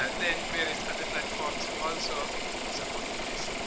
ah then various other platforms also supporting this.